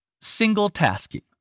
Single-Tasking